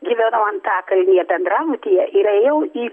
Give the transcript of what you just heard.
gyvenau antakalnyje bendrabutyje ir ėjau į